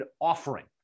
offering